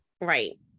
right